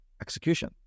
execution